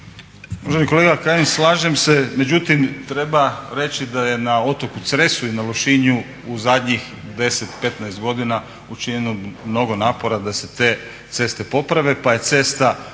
Uvaženi kolega Kajin, slažem se. Međutim, treba reći da je na otoku Cresu i na Lošinju u zadnjih 10, 15 godina učinjeno mnogo napora da se te ceste poprave, pa je cesta